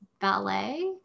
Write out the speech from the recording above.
ballet